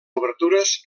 obertures